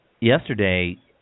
yesterday